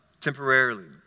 temporarily